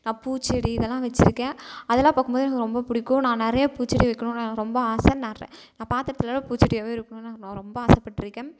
நான் பூச்செடி இதெல்லாம் வச்சிருக்கேன் அதலான் பார்க்கும்போது எனக்கு ரொம்ப பிடிக்கும் நான் நிறையா பூச்செடி வக்கிணுன்னு எனக்கு ரொம்ப ஆசை நர்ர நான் பார்த்த இடத்துலலாம் பூச்செடியாகவே இருக்கணுன்னு எனக்கு ரோ ரொம்ப ஆசைப்பட்ருக்கேன்